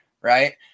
Right